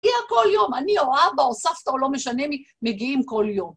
היא הכל יום, אני או אבא או סבתא או לא משנה מי, מגיעים כל יום.